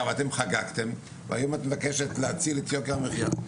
ואתם חגגתם והיום את מבקשת להציל את יוקר המחיה.